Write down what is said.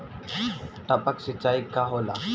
टपक सिंचाई का होला?